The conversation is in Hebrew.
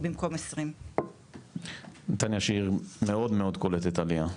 במקום 20. נתניה שהיה עיר מאוד מאוד קולטת עלייה.